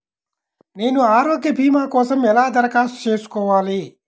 నేను ఆరోగ్య భీమా కోసం ఎలా దరఖాస్తు చేసుకోవాలి?